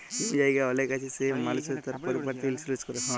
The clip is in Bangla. জমি জায়গা অলেক আছে সে মালুসট তার পরপার্টি ইলসুরেলস ক্যরে